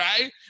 right